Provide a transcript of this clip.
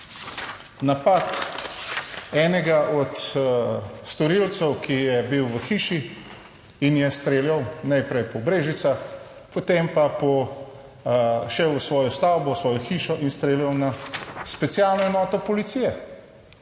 napad enega od storilcev, ki je bil v hiši in je streljal najprej po Brežicah, potem pa po šel v svojo stavbo, v svojo hišo in streljal na specialno enoto policije.